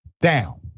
down